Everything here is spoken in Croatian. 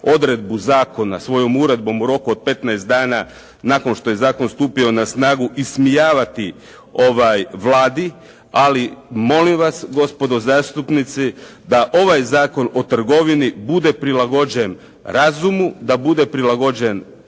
odredbu zakona svojom uredbom u roku od 15 dana nakon što je zakon stupio na snagu, ismijavati Vladi, ali molim vas gospodo zastupnici da ovaj Zakon o trgovini bude prilagođen razumu, da bude prilagođen